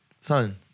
Son